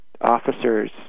officers